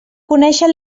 conèixer